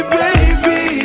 baby